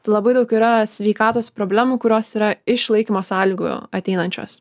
labai daug yra sveikatos problemų kurios yra iš laikymo sąlygų ateinančios